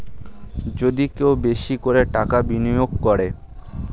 যদি কেউ বেশি করে টাকা বিনিয়োগ করে